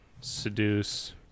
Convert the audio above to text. seduce